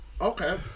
Okay